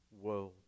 world